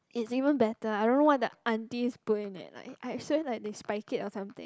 it's even better I don't know what the aunties put in leh like I sure like they spike it or something